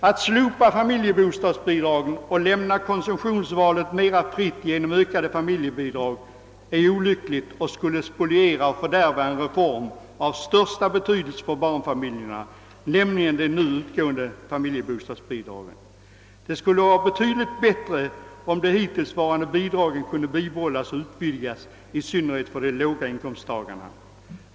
Att slopa familjebostadsbidragen och lämna konsumtionsvalet mera fritt genom ökade familjebidrag är olyckligt och skulle spoliera och fördärva en reform av största betydelse för barnfamiljerna, nämligen de nu utgående familjebostadsbidragen. Det skulle vara betydligt bättre om de hittillsvarande bidragen kunde bibehållas och utvidgas, i synnerhet för de låga inkomsttagarna.